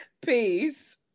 Peace